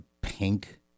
pink